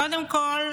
קודם כול,